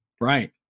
Right